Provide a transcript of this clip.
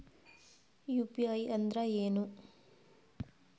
UPI ಅಂದ್ರೆ ಏನು?